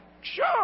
sure